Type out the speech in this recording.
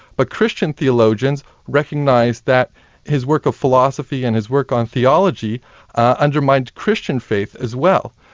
but christian theologians recognised that his work of philosophy and his work on theology undermined christian faith as well.